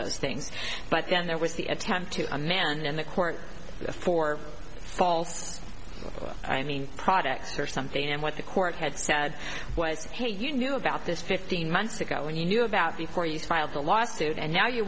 those things but then there was the attempt to a man and the court for false i mean products or something and what the court had said was hey you knew about this fifteen months ago when you knew about before you filed the lawsuit and now you